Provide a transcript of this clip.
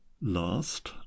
last